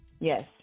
Yes